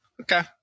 okay